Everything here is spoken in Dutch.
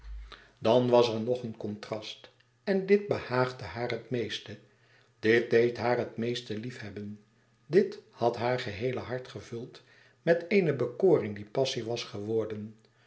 dan was er nog een contrast en dit behaagde haar het meeste dit deed haar het meeste liefhebben dit had haar geheele hart gevuld met eene bekoring die passie was geworden